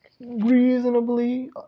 reasonably